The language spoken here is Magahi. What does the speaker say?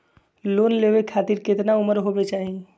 लोन लेवे खातिर केतना उम्र होवे चाही?